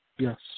Yes